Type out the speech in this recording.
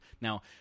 Now